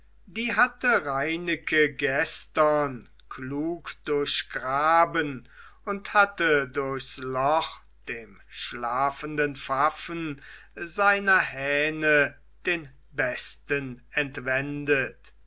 die hatte reineke gestern klug durchgraben und hatte durchs loch dem schlafenden pfaffen seiner hähne den besten entwendet